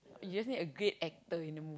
you just need a great actor in the move